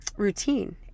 routine